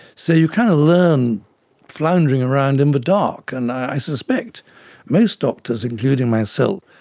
so you kind of learn floundering around in the dark. and i suspect most doctors, including myself,